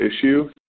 issue